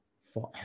forever